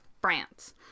France